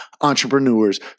entrepreneurs